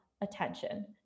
attention